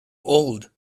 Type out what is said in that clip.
old